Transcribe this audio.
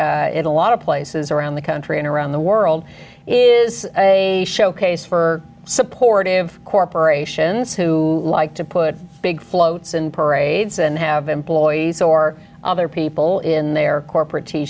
a lot of places around the country and around the world is a showcase for supportive corporations who like to put big floats and parades and have employees or other people in their corporate t